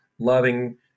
loving